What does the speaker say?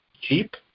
cheap